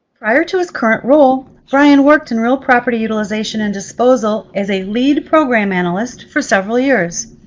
prior to his current role, brian worked in real property utilization and disposal as a lead program analyst for several years.